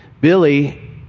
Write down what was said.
Billy